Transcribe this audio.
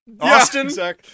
Austin